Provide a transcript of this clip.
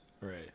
right